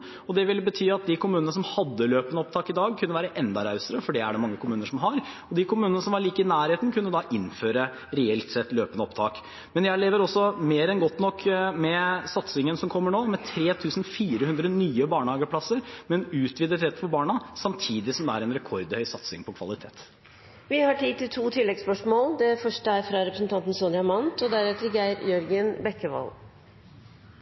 og det ville bety at de kommunene som hadde løpende opptak i dag – for det er det mange kommuner som har – kunne være enda rausere og de kommunene som var like i nærheten kunne da innføre reelt sett løpende opptak. Men jeg lever også mer enn godt nok med satsingen som kommer nå, med 3 400 nye barnehageplasser, med en utvidet rett for barna, samtidig som det er en rekordhøy satsing på kvalitet. Vi har tid til to